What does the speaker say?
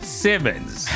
simmons